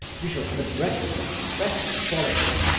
you shall have a dress coat, best quality,